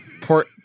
port